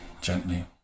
gently